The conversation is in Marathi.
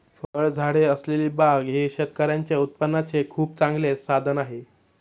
फळझाडे असलेली बाग ही शेतकऱ्यांच्या उत्पन्नाचे खूप चांगले साधन आहे